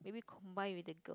maybe combine with the girl